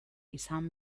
izan